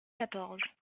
quatorze